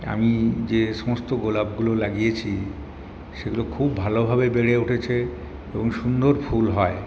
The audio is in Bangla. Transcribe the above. আমি যে সমস্ত গোলাপগুলো লাগিয়েছি সেগুলো খুব ভালোভাবে বেড়ে উঠেছে এবং সুন্দর ফুল হয়